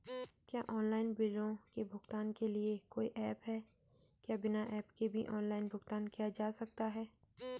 क्या ऑनलाइन बिलों के भुगतान के लिए कोई ऐप है क्या बिना ऐप के भी ऑनलाइन भुगतान किया जा सकता है?